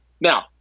Now